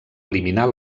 eliminar